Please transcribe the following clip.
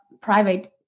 private